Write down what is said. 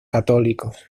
católicos